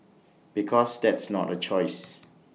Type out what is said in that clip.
because that's not A choice